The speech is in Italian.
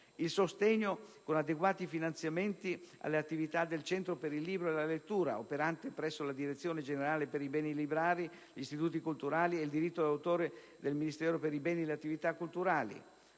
il sostegno, con adeguati finanziamenti, alle attività del Centro per il libro e la lettura, operante presso la Direzione generale per i beni librari, gli Istituti culturali e il diritto d'autore del Ministero dei beni e le attività culturali;